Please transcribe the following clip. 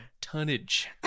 tonnage